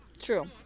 True